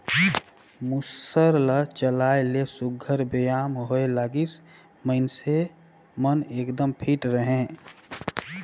मूसर ल चलाए ले सुग्घर बेयाम होए लागिस, मइनसे मन एकदम फिट रहें